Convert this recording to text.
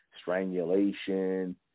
strangulation